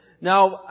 Now